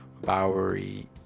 Bowery